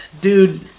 dude